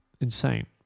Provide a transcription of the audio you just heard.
insane